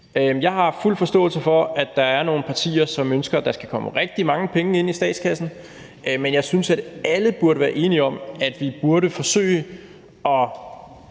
Jeg har fuld forståelse for, at der er nogle partier, som ønsker, at der skal komme rigtig mange penge ind i statskassen. Men jeg synes, at alle burde være enige om, at vi først